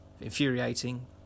infuriating